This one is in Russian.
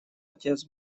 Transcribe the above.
отец